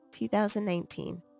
2019